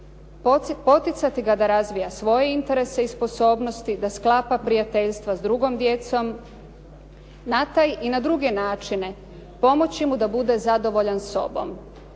Poticati ga da razvija svoje interese i sposobnosti, da sklapa prijateljstva s drugom djecom. Na taj i na druge načine pomoći mu da bude zadovoljan sobom.